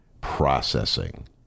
processing